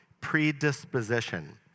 predisposition